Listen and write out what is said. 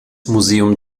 museum